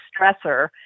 stressor